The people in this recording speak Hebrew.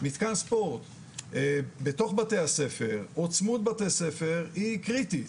מתקן ספורט בתוך בתי-הספר או צמוד בתי-ספר היא קריטית,